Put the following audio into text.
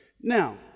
Now